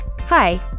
Hi